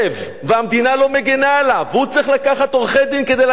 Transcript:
והמדינה לא מגינה עליו והוא צריך לקחת עורכי-דין כדי להגן על עצמו,